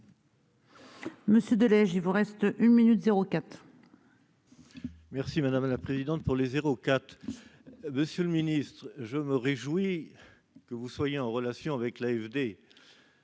Monsieur de Delage, il vous reste une minute 04. Merci madame la présidente, pour les zéro quatre, monsieur le Ministre, je me réjouis que vous soyez en relation avec l'AFD,